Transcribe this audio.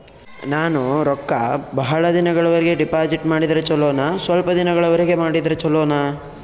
ನಾನು ರೊಕ್ಕ ಬಹಳ ದಿನಗಳವರೆಗೆ ಡಿಪಾಜಿಟ್ ಮಾಡಿದ್ರ ಚೊಲೋನ ಸ್ವಲ್ಪ ದಿನಗಳವರೆಗೆ ಮಾಡಿದ್ರಾ ಚೊಲೋನ?